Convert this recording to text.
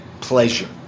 pleasure